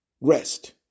rest